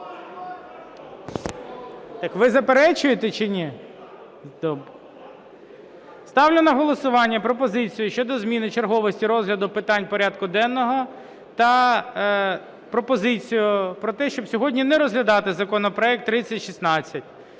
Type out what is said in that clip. Так ви заперечуєте, чи ні? Ставлю на голосування пропозицію щодо зміни черговості розгляду питань порядку денного та пропозицію про те, щоб сьогодні не розглядати законопроект 3016.